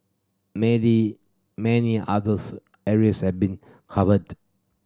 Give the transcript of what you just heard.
many many others areas have been covered